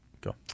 Go